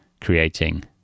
creating